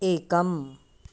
एकम्